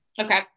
Okay